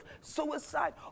suicide